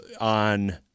on